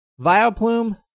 Vioplume